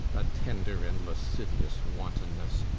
a tender and lascivious wantoness,